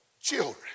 children